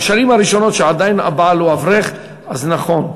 בשנים הראשונות, כשעדיין הבעל הוא אברך, אז נכון,